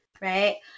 right